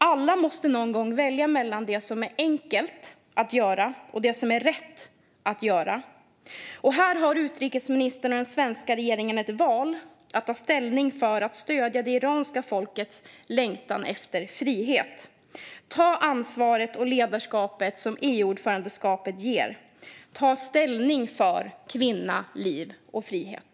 Alla måste någon gång välja mellan det som är enkelt att göra och det som är rätt att göra. Här har utrikesministern och regeringen ett val att göra: att stödja det iranska folkets längtan efter frihet. Ta ansvaret och ledarskapet som EU-ordförandeskapet ger! Ta ställning för kvinna, liv, frihet!